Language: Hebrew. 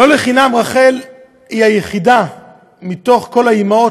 לא לחינם רחל היא היחידה מתוך כל האימהות